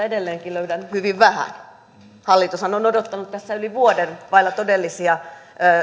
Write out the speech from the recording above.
edelleenkin löydän hyvin vähän hallitushan on odottanut tässä yli vuoden vailla todellisia